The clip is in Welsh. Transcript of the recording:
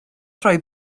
rhoi